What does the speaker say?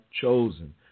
chosen